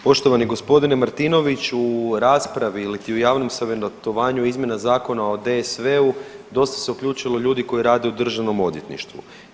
Poštovani gospodine Martinoviću u raspravi iliti u javnom savjetovanju izmjena Zakona o DSV-u dosta se uključilo ljudi koji rade u državom odvjetništvu.